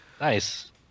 Nice